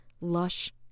lush